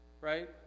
Right